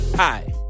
Hi